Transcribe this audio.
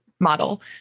model